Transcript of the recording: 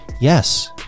yes